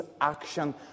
action